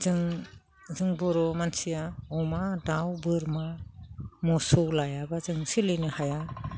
जों बर' मानसिया अमा दाउ बोरमा मोसौ लायाबा जों सोलिनो हाया